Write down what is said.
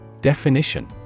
Definition